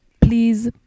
Please